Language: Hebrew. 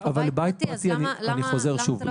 אבל אני חוזר שוב,